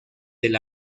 del